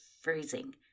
freezing